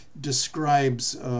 describes